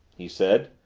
he said.